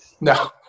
no